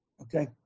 Okay